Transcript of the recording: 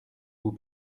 vous